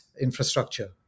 infrastructure